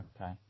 Okay